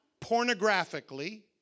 pornographically